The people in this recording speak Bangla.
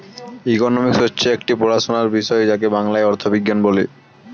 ইকোনমিক্স হচ্ছে একটি পড়াশোনার বিষয় যাকে বাংলায় অর্থবিজ্ঞান বলে